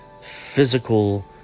physical